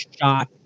shot